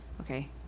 Okay